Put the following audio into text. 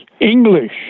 english